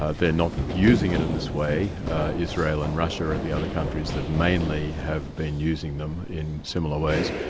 ah they're not using it in this way israel and russia are the other countries that mainly have been using them in similar ways.